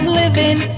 living